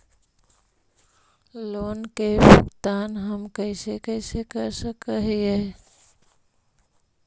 Loan के भुगतान हम कैसे कैसे कर सक हिय?